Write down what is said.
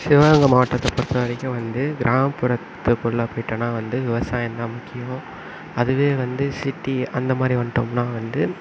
சிவகங்கை மாவட்டத்தை பொறுத்த வரைக்கும் வந்து கிராமபுறத்துக்குள்ள போயிட்டோன்னால் வந்து விவசாயந்தான் முக்கியம் அதுவே வந்து சிட்டி அந்த மாதிரி வந்துட்டோம்னா வந்து